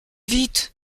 vite